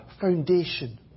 foundation